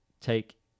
take